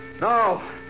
No